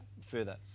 further